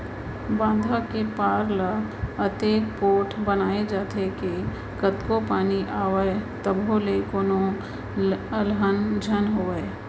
बांधा के पार ल अतेक पोठ बनाए जाथे के कतको पानी आवय तभो ले कोनो अलहन झन आवय